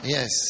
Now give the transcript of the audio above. Yes